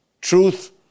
truth